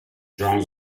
john